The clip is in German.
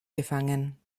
gefangen